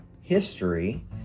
history